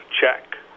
check